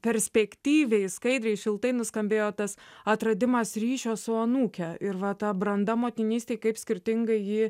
perspektyviai skaidriai šiltai nuskambėjo tas atradimas ryšio su anūke ir va ta branda motinystėj kaip skirtingai ji